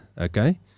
okay